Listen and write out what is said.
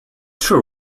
sure